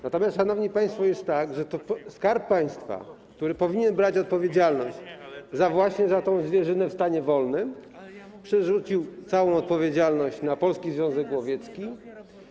Natomiast, szanowni państwo, jest tak, że to Skarb Państwa, który powinien brać odpowiedzialność właśnie za tę zwierzynę w stanie wolnym, przerzucił całą odpowiedzialność na Polski Związek Łowiecki.